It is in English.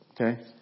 okay